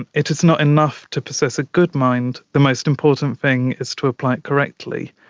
it it is not enough to possess a good mind, the most important thing is to apply it correctly.